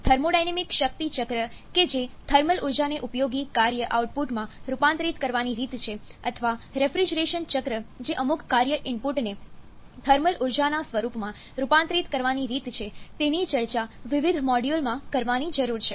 thermodynamic શક્તિ ચક્ર કે જે થર્મલ ઉર્જાને ઉપયોગી કાર્ય આઉટપુટમાં રૂપાંતરિત કરવાની રીત છે અથવા રેફ્રિજરેશન ચક્ર જે અમુક કાર્ય ઇનપુટને થર્મલ ઉર્જાના સ્વરૂપમાં રૂપાંતરિત કરવાની રીત છે તેની ચર્ચા વિવિધ મોડ્યુલમાં કરવાની જરૂર છે